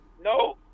no